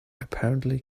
apparently